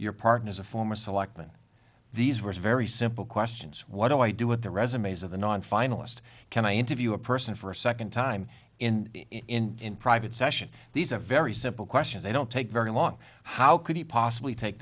your partner is a former selectman these were very simple questions what do i do with the resumes of the non finalist can i interview a person for a second time in in private session these are very simple questions they don't take very long how could he possibly take